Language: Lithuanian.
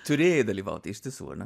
turėjai dalyvaut iš tiesų ar ne